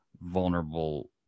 vulnerable